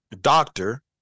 doctor